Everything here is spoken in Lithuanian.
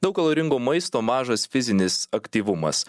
daug kaloringo maisto mažas fizinis aktyvumas